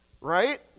right